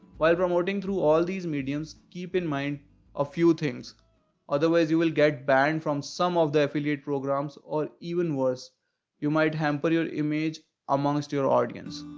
while promoting through all these mediums keep in mind a few things otherwise you will get banned from some of the affiliate programs or even worse you might hamper your image amongst your audience.